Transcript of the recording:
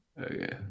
Okay